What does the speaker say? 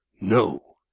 No